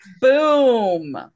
Boom